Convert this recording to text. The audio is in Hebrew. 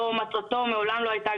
מטרתו מעולם לא הייתה,